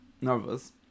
Nervous